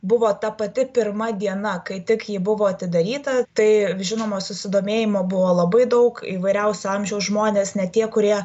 buvo ta pati pirma diena kai tik ji buvo atidaryta tai žinoma susidomėjimo buvo labai daug įvairiausio amžiaus žmonės net tie kurie